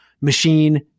machine